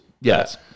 Yes